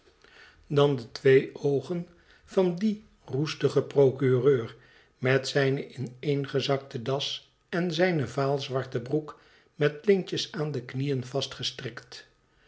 dan de twee oogen van dien roestigen procureur met zijne ineengezakte das en zijne vaal zwarte broek met lintjes aan de knieën